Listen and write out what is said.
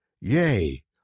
yea